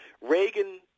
Reagan